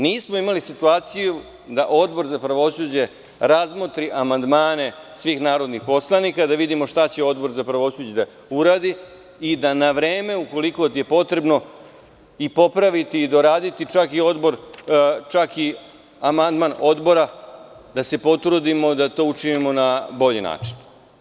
Nismo imali situaciju da Odbor za pravosuđe razmotri amandmane svih narodnih poslanika, da vidimo šta će Odbor za pravosuđe da uradi i da na vreme ukoliko je potrebno se popravi i doradi čak i amandman odbora, da se potrudimo da to učinimo na bolji način.